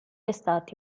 estati